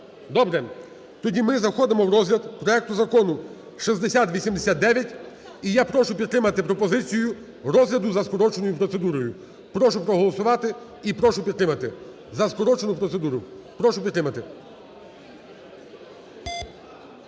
Добре. Тоді ми заходимо в розгляд проекту Закону 6089. І я прошу підтримати пропозицію розгляду за скороченою процедурою. Прошу проголосувати і прошу підтримати. За скорочену процедуру. Прошу підтримати.